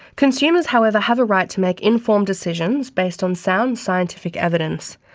consumers, however, have a right to make informed decisions based on sound, scientific evidence,